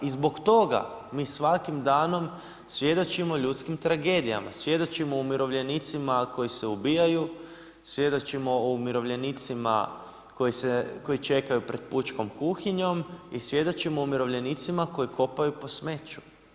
I zbog toga mi svakim danom, svjedočimo ljudskim tragedijama, svjedočimo umirovljenicima koji se ubijaju, svjedočimo o umirovljenicima, koji čekaju pred pučkom kuhinjom i svjedočimo o umirovljenicima koji kopaju po smeću.